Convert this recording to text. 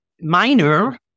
minor